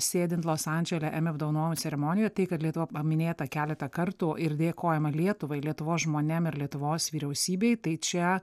sėdint los andžele emmy apdovanojimų ceremonijoje tai kad lietuva paminėta keletą kartų ir dėkojama lietuvai lietuvos žmonėm ir lietuvos vyriausybei tai čia